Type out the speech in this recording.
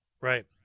Right